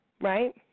Right